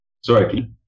Sorry